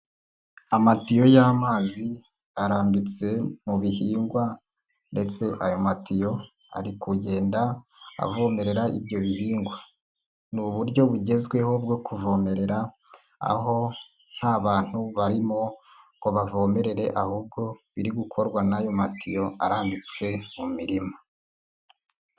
Amatiyo y'amazi arambitse mu bihingwa ndetse ayo matiyo ari kugenda avomerera ibyo bihingwa. Ni uburyo bugezweho bwo kuvomerera. Aho nta bantu barimo ngo bavomererere ahubwo biri gukorwa n'ayo matiyo arambitse mu mirima.